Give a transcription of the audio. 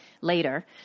later